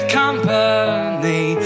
company